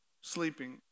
sleeping